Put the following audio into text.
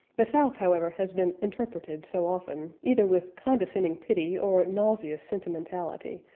the south, however, has been interpreted so often, either with condescending pity or nauseous sentimentality,